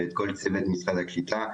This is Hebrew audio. ולכל צוות משרד הקליטה,